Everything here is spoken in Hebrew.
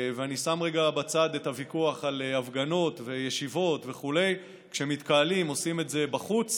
ואני שם רגע בצד את הוויכוח על הפגנות וישיבות וכו' עושים את זה בחוץ